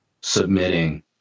submitting